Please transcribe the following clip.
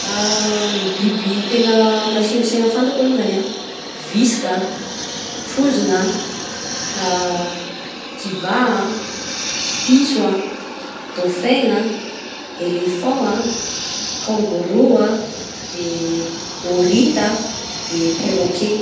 Ny biby tegna masilo segna fantako alongany an: visika, trozogna, kiva, piso an, dauphin, éléphant, kangourou, e aorita, de perroquet.